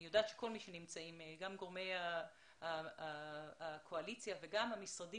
אני יודעת שכל מי שנמצאים גם גורמי הקואליציה וגם המשרדים